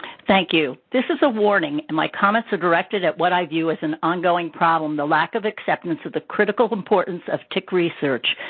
thank you. this is a warning, and my comments are directed at what i view is an ongoing problem-the lack of acceptance of the critical importance of tick research.